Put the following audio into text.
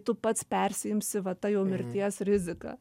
tu pats persiimsi va ta jau mirties rizika